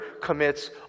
commits